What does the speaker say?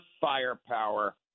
firepower